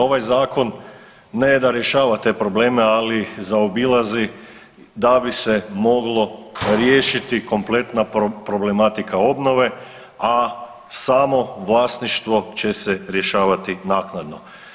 Ovaj zakon ne da rješava te probleme, ali zaobilazi da bi se moglo riješiti kompletna problematika obnove, a samo vlasništvo će se rješavati naknadno.